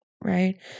right